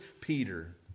Peter